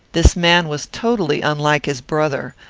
this man was totally unlike his brother,